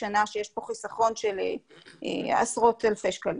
שנה שיש פה חיסכון של עשרות אלפי שקלים.